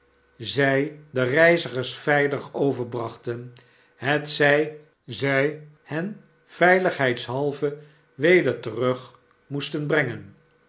zg de reizigers veilig overbrachten hetzg zg hen veiligheidshalve weder terug moesten brengen